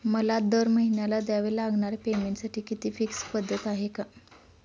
मला दरमहिन्याला द्यावे लागणाऱ्या पेमेंटसाठी काही फिक्स पद्धत आहे का?